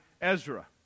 Ezra